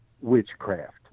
witchcraft